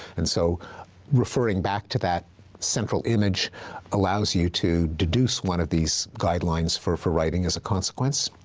and so referring back to that central image allows you to deduce one of these guidelines for for writing as a consequence.